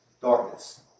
Darkness